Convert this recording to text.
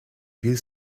ville